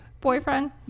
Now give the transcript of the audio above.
boyfriend